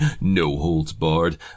no-holds-barred